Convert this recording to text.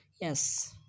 Yes